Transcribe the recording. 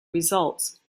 results